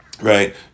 Right